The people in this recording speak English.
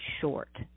short